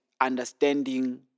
understanding